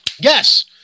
Yes